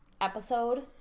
episode